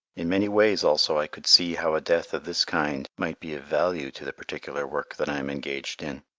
in many ways, also, i could see how a death of this kind might be of value to the particular work that i am engaged in.